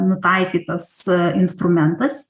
nutaikytas instrumentas